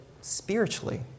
spiritually